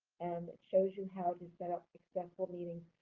and it shows you how to set up accessible meetings,